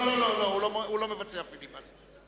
לא, לא, הוא לא מבצע פיליבסטר.